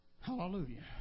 Hallelujah